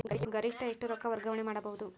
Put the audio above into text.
ಗರಿಷ್ಠ ಎಷ್ಟು ರೊಕ್ಕ ವರ್ಗಾವಣೆ ಮಾಡಬಹುದು?